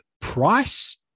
price